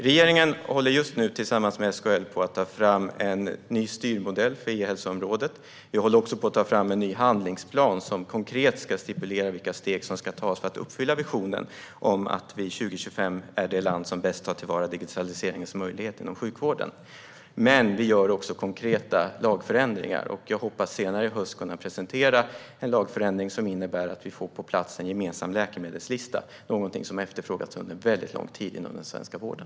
Regeringen håller just nu, tillsammans med SKL, på att ta fram en ny styrmodell för ehälsoområdet. Vi håller också på att ta fram en ny handlingsplan som konkret ska stipulera vilka steg som ska tas för att uppfylla visionen om att vi 2025 ska vara det land som bäst tar till vara digitaliseringens möjligheter inom sjukvården. Vi gör också konkreta lagförändringar. Jag hoppas att senare i höst kunna presentera en lagförändring som innebär att vi får på plats en gemensam läkemedelslista, någonting som efterfrågats under lång tid inom den svenska vården.